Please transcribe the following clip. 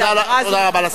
תודה רבה לשרה.